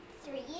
Three